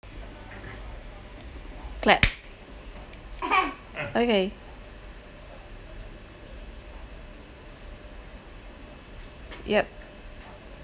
clap okay yup